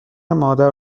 مادر